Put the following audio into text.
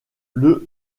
moment